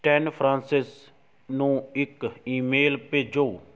Stan Francis ਨੂੰ ਇੱਕ email ਭੇਜੋ